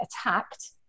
attacked